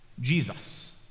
Jesus